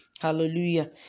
Hallelujah